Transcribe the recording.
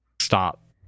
stop